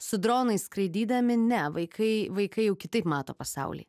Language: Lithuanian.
su dronais skraidydami ne vaikai vaikai jau kitaip mato pasaulį